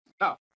Now